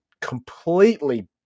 completely